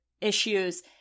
issues